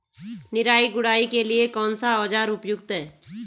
निराई गुड़ाई के लिए कौन सा औज़ार उपयुक्त है?